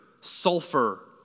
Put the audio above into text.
sulfur